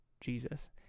Jesus